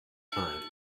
times